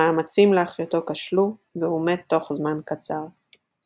המאמצים להחיותו כשלו, והוא מת תוך זמן קצר.